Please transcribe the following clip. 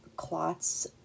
clots